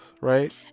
right